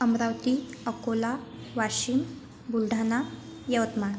Amravati Akola Washim Buldhana Yavatmal